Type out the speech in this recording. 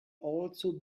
also